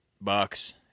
bucks